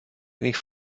nicht